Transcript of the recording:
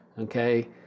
Okay